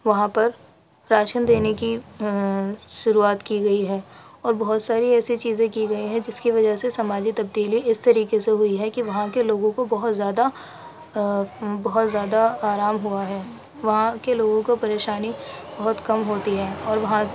وہاں پر راشن دینے کی شروعات کی گئی ہے اور بہت ساری ایسی چیزیں کی گئی ہیں جس کی وجہ سے سماجک تبدیلی اس طریقے سے ہوئی ہے کہ وہاں کے لوگوں کو بہت زیادہ بہت زیادہ آرام ہوا ہے وہاں کے لوگوں کو پریشانی بہت کم ہوتی ہے اور وہاں